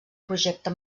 projecte